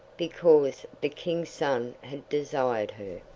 because the king's son had desired her.